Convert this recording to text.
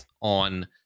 on